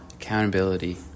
Accountability